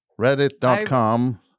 Reddit.com